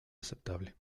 aceptable